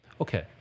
okay